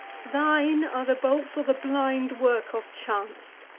thine are the bolts, or the blind work of chance?